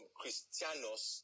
christianos